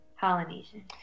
Polynesian